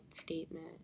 statement